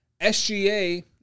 SGA